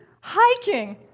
hiking